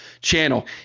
channel